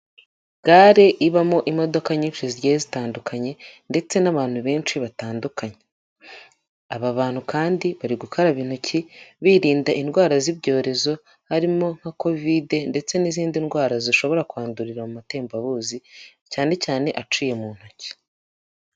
Gare ibamo imodoka nyinshi zigiye zitandukanye ndetse n'abantu benshi batandukanye, aba bantu kandi bari gukaraba intoki birinda indwara z'ibyorezo, harimo nka kovide ndetse n'izindi ndwara zishobora kwandurira mu matembabuzi, cyane cyane aciye mu ntoki.